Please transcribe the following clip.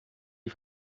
die